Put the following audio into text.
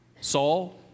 Saul